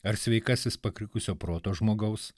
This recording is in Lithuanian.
ar sveikasis pakrikusio proto žmogaus